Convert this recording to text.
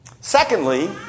Secondly